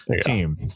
team